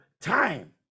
time